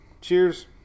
Cheers